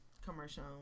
commercial